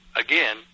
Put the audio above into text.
again